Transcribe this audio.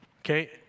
Okay